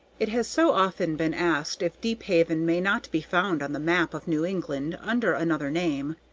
it has so often been asked if deephaven may not be found on the map of new england under another name,